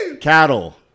Cattle